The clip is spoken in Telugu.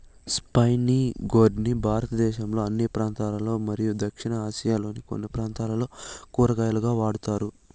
స్పైనీ గోర్డ్ ని భారతదేశంలోని అన్ని ప్రాంతాలలో మరియు దక్షిణ ఆసియాలోని కొన్ని ప్రాంతాలలో కూరగాయగా వాడుతారు